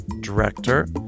Director